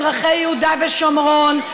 הנורמליזציה בחיים של אזרחי ישראל ביהודה ושומרון,